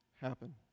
happen